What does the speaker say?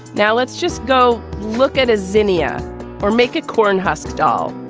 now let's just go look at a xenia or make it cornhusker doll.